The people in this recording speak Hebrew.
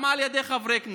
גם על ידי חברי כנסת,